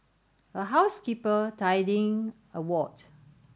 a housekeeper tidying a ward